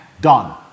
Done